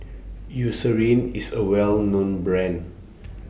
Eucerin IS A Well known Brand